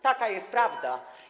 Taka jest prawda.